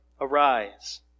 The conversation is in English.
arise